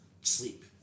sleep